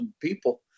people